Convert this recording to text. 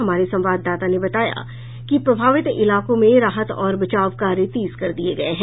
हमारे संवाददाता ने बताया कि प्रभावित इलाकों में राहत और बचाव कार्य तेज कर दिये गये हैं